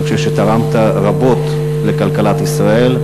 אני חושב שתרמת רבות לכלכלת ישראל.